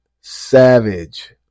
Savage